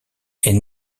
est